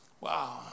Wow